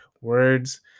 words